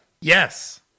Yes